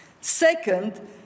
Second